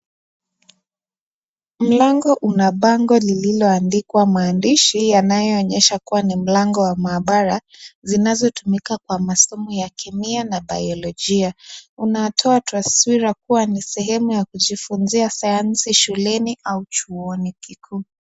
Mlango una bango lililoandikwa maandishi yanayoonyesha kuwa ni mlango wa maabara zinazotumika kwa masomo ya kemia na bayolojia, unatoa taswira kuwa ni sehemu ya kujifunzia sayansi shuleni au chuoni kikuu.